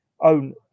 own